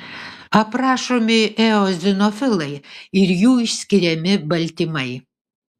aprašomi eozinofilai ir jų išskiriami baltymai